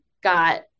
got